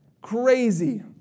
Crazy